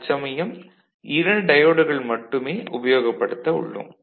தற்சமயம் 2 டயோடுகள் மட்டுமே உபயோகப்படுத்த உள்ளோம்